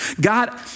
God